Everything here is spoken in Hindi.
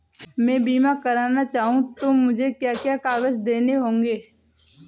मैं बीमा करना चाहूं तो मुझे क्या क्या कागज़ देने होंगे?